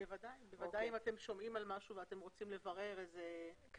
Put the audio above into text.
בוודאי אם אתם שומעים על משהו ואתם רוצים לברר משהו